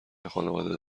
خانواده